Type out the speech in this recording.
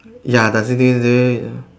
ya does it